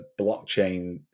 blockchain